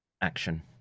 Action